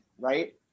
right